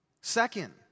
Second